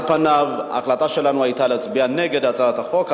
על פניו ההחלטה שלנו היתה להצביע נגד הצעת החוק,